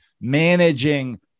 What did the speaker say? managing